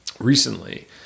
recently